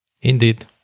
Indeed